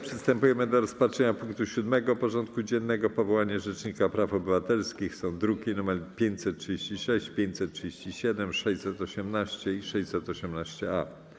Przystępujemy do rozpatrzenia punktu 7. porządku dziennego: Powołanie Rzecznika Praw Obywatelskich (druki nr 536, 537, 618 i 618-A)